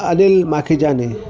Anil Makhijani